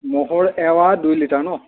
ম'হৰ এঁৱা দুই লিটাৰ ন